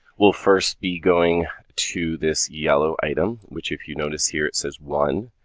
will first be going to this yellow item, which if you notice here it says one,